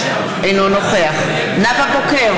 אינו נוכח נאוה בוקר,